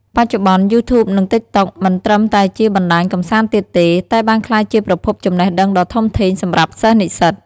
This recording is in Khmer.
បច្ចុប្បន្ន យូធូប និង តិកតុក មិនត្រឹមតែជាបណ្តាញកម្សាន្តទៀតទេ តែបានក្លាយជាប្រភពចំណេះដឹងដ៏ធំធេងសម្រាប់សិស្សនិស្សិត។